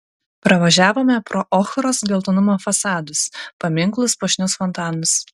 pravažiavome pro ochros geltonumo fasadus paminklus puošnius fontanus